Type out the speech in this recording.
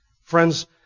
Friends